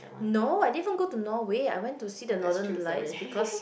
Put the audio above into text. no I didn't even go to Norway I went to see the Northern Lights because